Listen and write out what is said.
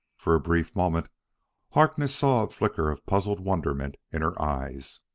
for a brief moment harkness saw a flicker of puzzled wonderment in her eyes.